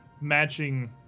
matching